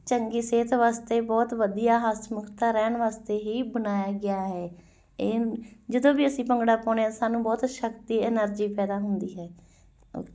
ਚੰਗੀ ਸਿਹਤ ਵਾਸਤੇ ਬਹੁਤ ਵਧੀਆ ਹੱਸਮੁਖਤਾ ਰਹਿਣ ਵਾਸਤੇ ਹੀ ਬਣਾਇਆ ਗਿਆ ਹੈ ਇਹ ਜਦੋਂ ਵੀ ਅਸੀਂ ਭੰਗੜਾ ਪਾਉਂਦੇ ਆ ਸਾਨੂੰ ਬਹੁਤ ਸ਼ਕਤੀ ਐਨਰਜੀ ਪੈਦਾ ਹੁੰਦੀ ਹੈ ਓਕੇ